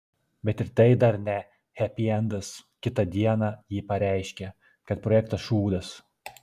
bet ir tai dar ne hepiendas kitą dieną ji pareiškė kad projektas šūdas